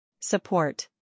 Support